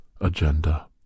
agenda